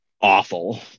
awful